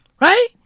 Right